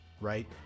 Right